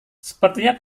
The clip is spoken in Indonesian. sepertinya